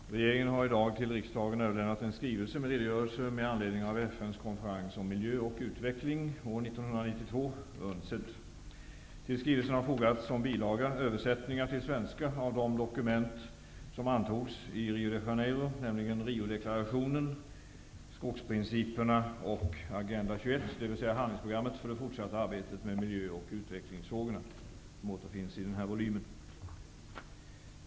Fru talman! Regeringen har i dag till riksdagen överlämnat en skrivelse med en redogörelse med anledning av FN:s konferens om miljö och utveckling år 1992 -- UNCED. Till skrivelsen har som bilaga fogats översättningar till svenska av de dokument som antogs i Rio de Janeiro, nämligen Agenda 21, dvs. handlingsprogrammet för det fortsatta arbetet med miljö och utvecklingsfrågorna.